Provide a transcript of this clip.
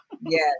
Yes